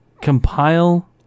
compile